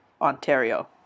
Ontario